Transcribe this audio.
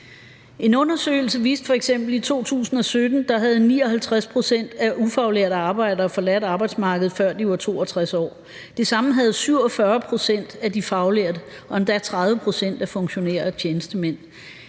En undersøgelse viste f.eks. i 2017, at 59 pct. af de ufaglærte arbejdere havde forladt arbejdsmarkedet, før de var 62 år, og det samme havde 47 pct. af de faglærte og endda 30 pct. af funktionærer og tjenestemænd.